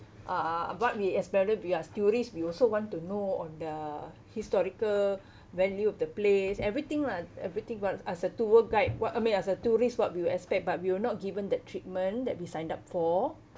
uh what we experi~ we are tourist we also want to know on the historical value of the place everything lah everything [what] as a tour guide what I mean as a tourist what we would expect but we were not given that treatment that we signed up for